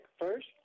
first